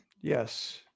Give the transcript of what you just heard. Yes